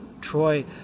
troy